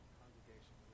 congregation